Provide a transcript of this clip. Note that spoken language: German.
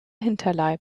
hinterleib